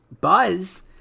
buzz